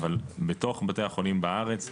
אבל בתוך בתי החולים בארץ,